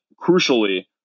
crucially